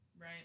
Right